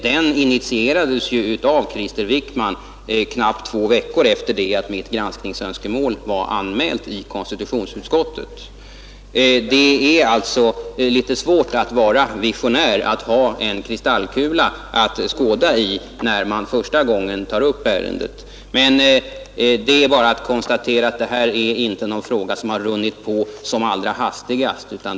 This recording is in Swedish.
Den initierades ju av Krister Wickman knappt två veckor efter det att mitt granskningsönskemål var anmält i konstitutionsutskottet. Det är svårt att vara visionär och att ha en kristallkula att skåda i, när man första gången tar upp ett ärende. Man kan bara konstatera att detta inte är en fråga som har runnit på som allra hastigast.